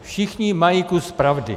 všichni mají kus pravdy.